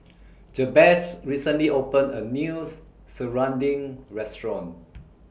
Jabez recently opened A News Serunding Restaurant